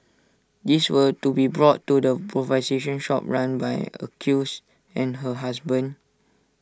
these were to be brought to the provide session shop run by accused and her husband